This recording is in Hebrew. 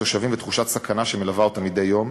התושבים ותחושת סכנה שמלווה אותם מדי יום.